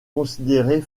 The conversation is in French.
considérée